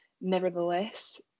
nevertheless